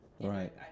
right